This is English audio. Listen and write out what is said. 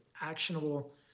actionable